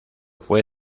fue